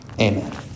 Amen